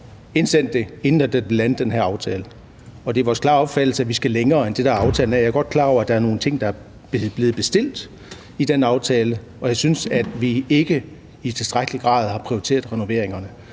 indsendt det, inden der blev landet den her aftale. Og det er vores klare opfattelse, at vi skal længere end det, der er i aftalen. Jeg er godt klar over, at der er nogle ting i den aftale, der er blevet bestilt, og jeg synes, at vi ikke i tilstrækkelig grad har prioriteret renoveringerne.